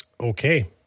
Okay